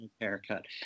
haircut